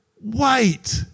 wait